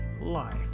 life